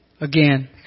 again